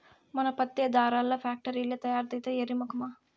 మన పత్తే దారాల్ల ఫాక్టరీల్ల తయారైద్దే ఎర్రి మొకమా